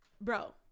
bro